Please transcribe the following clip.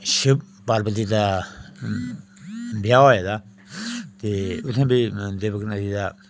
शिव पार्वती दा ब्याह् होऐ दा ते उ'त्थें देवक नगरी दा